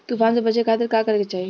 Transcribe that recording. तूफान से बचे खातिर का करे के चाहीं?